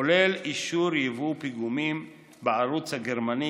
כולל אישור ייבוא פיגומים בערוץ הגרמני,